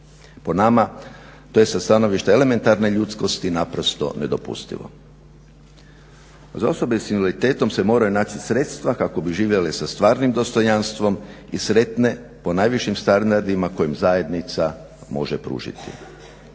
Po nama to je sa stanovišta elementarne ljudskosti naprosto nedopustivo. Za osobe s invaliditetom se moraju naći sredstva kako bi živjele sa stvarnim dostojanstvom i sretne po najvišim standardima koje im zajednica može pružiti.